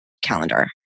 Calendar